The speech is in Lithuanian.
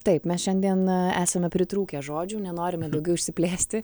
taip mes šiandien esame pritrūkę žodžių nenorime daugiau išsiplėsti